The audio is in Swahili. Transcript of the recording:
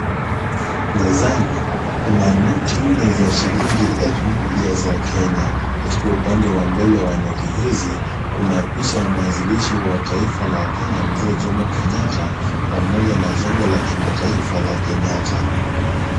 Mezani kuna noti nne za shilingi elfu moja za Kenya, katika upande wa mbele wa noti hizi kuna picha ya mwanzilishi wa taifa la Kenya Mzee Jomo Kenyatta pamoja na jengo la kimataifa la Kenyatta.